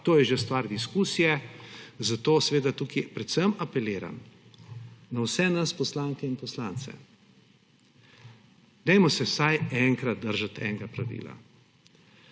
to je že stvar diskusije, zato seveda tukaj predvsem apeliram na vse nas poslanke in poslance, dajmo se vsaj enkrat držati enega pravila.